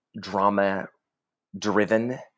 drama-driven